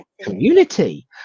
community